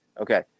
Okay